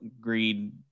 Greed